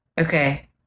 okay